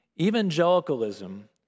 Evangelicalism